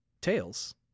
tails